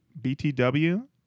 BTW